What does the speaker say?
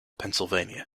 pennsylvania